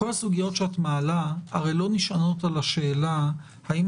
הרי כל הסוגיות שאת מעלה לא נשענות על השאלה האם